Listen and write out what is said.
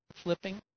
Flipping